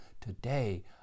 today